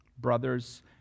brothers